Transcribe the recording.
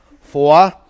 Four